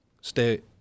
stay